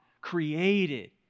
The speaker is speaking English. created